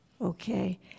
Okay